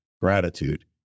gratitude